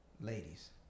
Ladies